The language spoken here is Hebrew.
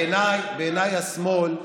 בעיניי, השמאל,